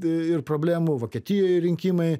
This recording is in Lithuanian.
ir problemų vokietijoj rinkimai